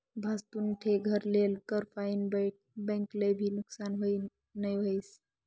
भाजतुन ठे घर लेल कर फाईन बैंक ले भी नुकसान नई व्हस